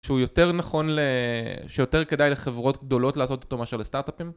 שהוא יותר נכון, שיותר כדאי לחברות גדולות לעשות אותו מאשר לסטארט-אפים.